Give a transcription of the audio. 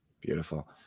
Beautiful